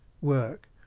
work